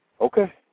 Okay